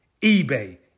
eBay